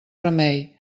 remei